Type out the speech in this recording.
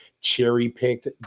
cherry-picked